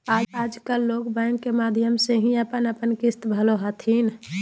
आजकल लोग बैंक के माध्यम से ही अपन अपन किश्त भरो हथिन